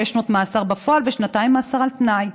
שש שנות מאסר בפועל ושנתיים מאסר על תנאי.